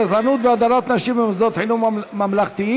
גזענות והדרת נשים במוסדות חינוך ממלכתיים),